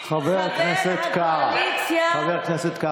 דבר כזה כיבוש.